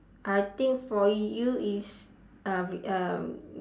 I think for you is uh vid uh